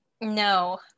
No